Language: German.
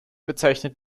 bezeichnet